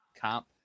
comp